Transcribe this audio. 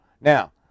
now